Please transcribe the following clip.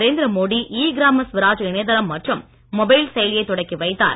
Narendra Modi e Gram Swaraj இணையதளம் மற்றும் mobile செயலியைத் தொடக்கி வைத்தார்